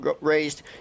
raised